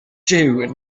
jiw